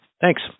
Thanks